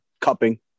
cupping